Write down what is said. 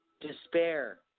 despair